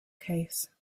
case